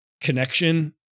connection